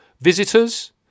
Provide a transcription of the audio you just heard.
visitors